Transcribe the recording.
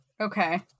Okay